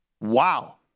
Wow